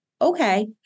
okay